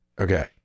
Okay